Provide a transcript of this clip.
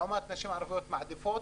לעומת נשים ערביות שמעדיפות,